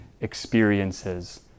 experiences